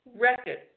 record